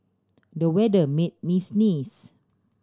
the weather made me sneeze